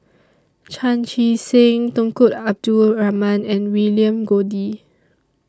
Chan Chee Seng Tunku Abdul Rahman and William Goode